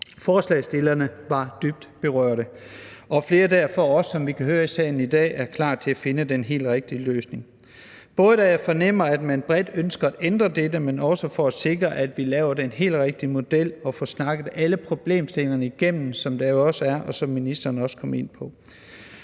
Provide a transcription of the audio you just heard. forslagsstillerne, var dybt berørte, og at flere derfor også, som vi kan høre det i salen i dag, er klar til at finde den helt rigtige løsning. Jeg fornemmer, at man bredt ønsker at ændre dette, men også gerne vil sikre, at vi laver den helt rigtige model og får snakket alle de problemstillinger, der er, igennem, og som ministeren også kom ind på.